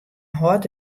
hâldt